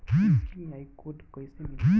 UPI code कैसे मिली?